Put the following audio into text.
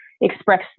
express